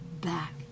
back